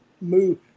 move